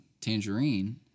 Tangerine